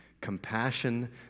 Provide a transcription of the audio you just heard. compassion